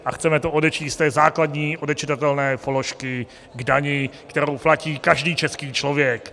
A chceme to odečíst z té základní odečitatelné položky k dani, kterou platí každý český člověk.